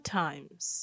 times